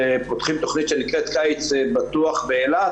שפותחים תכנית שנקראת 'קיץ בטוח באילת'